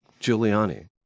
Giuliani